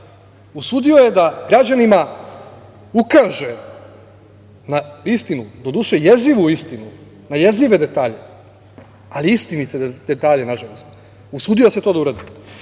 Usudio se da građanima ukaže na istinu, doduše, jezivu istinu, na jezive detalje, ali istinite detalje, nažalost. Usudio se to da uradi.U